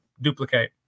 duplicate